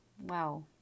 Wow